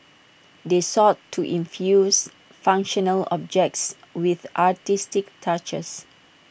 they sought to infuse functional objects with artistic touches